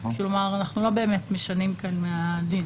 כלומר, אנחנו לא באמת משנים כאן מהדיון.